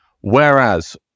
Whereas